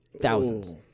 Thousands